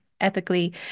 ethically